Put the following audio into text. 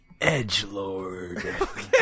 Edgelord